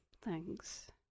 Thanks